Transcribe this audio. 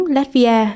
Latvia